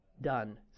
done